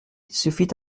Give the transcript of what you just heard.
suffit